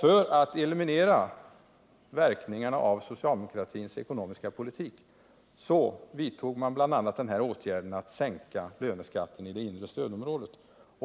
För att eliminera verkningarna av socialdemokratins ekonomiska politik vidtog man bl.a. åtgärden att sänka löneskatten i det inre stödområdet.